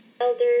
elders